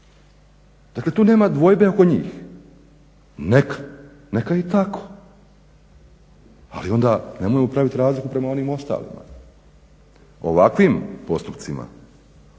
Dakle, tu nema dvojbe oko njih. Neka, neka je i tako. Ali onda nemojmo praviti razliku prema onim ostalima. Ovakvim postupcima